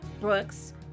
Brooks